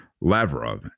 Lavrov